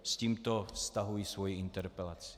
S tímto stahuji svoji interpelaci.